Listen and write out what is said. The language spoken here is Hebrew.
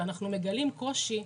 ואנחנו מגלים קושי,